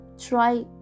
try